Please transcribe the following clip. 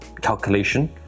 calculation